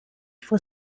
for